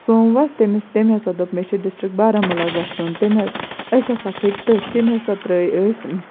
سوموٗوَس تٔمِس تٔمۍ ہَسا دوٚپ مےٚ چھِ ڈِسٹِرٛک بارہمولہ گژھُن تٔمۍ حظ أسۍ ہَسا کھٔتۍ تٔتھۍ تٔمۍ ہَسا ترٛٲوۍ أسۍ